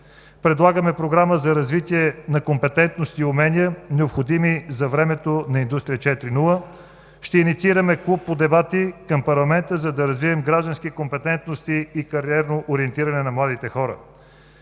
Предлагаме програма за развитие на компетентност и умения, необходими за времето на Индустрия 4.0. Ще инициираме клуб по дебати към парламента, за да развием граждански компетентности и кариерно ориентиране на младите хора.